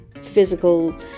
physical